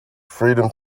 freedom